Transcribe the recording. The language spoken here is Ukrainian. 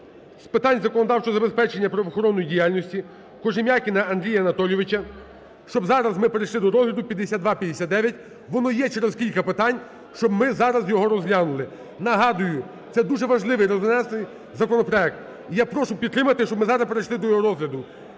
з питань законодавчого забезпечення правоохоронної діяльності Кожем'якіна Андрія Анатолійовича, щоб зараз ми перейшли до розгляду 5259, воно є через кілька питань, щоб ми зараз його розглянули. Нагадую, це дуже важливий, резонансний законопроект. І я прошу підтримати, щоб ми зараз перейшли до його розгляду